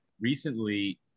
recently